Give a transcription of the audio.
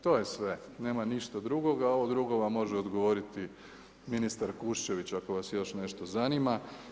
To je sve, nema ništa drugoga a ovo drugo vam može odgovoriti ministar Kušćević ako vas još nešto zanima.